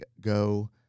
go